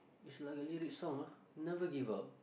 is like a lyrics song ah never give up